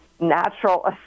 Natural